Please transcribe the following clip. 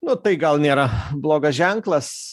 nu tai gal nėra blogas ženklas